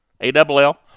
A-double-L